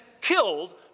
killed